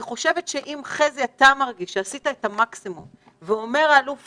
אני חושבת שאם אתה מרגיש שעשית את המקסימום ועדיין אלוף